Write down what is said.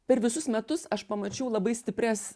per visus metus aš pamačiau labai stiprias